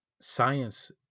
science